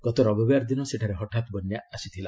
ଗତ ରବିବାର ଦିନ ସେଠାରେ ହଠାତ୍ ବନ୍ୟା ଆସିଥିଲା